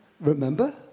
remember